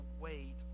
wait